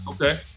Okay